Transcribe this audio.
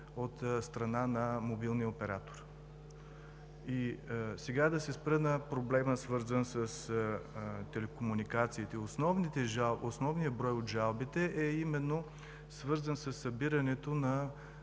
от страна на мобилния оператор. Сега да се спра на проблема с телекомуникациите. Основният брой от жалбите е свързан именно със събирането на